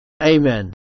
Amen